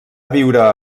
viure